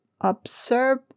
observe